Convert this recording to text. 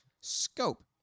scope